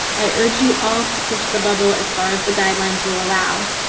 i urge you all to push the bubble as far as the guidelines will allow.